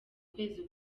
kwezi